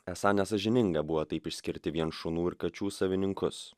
esą nesąžininga buvo taip išskirti vien šunų ir kačių savininkus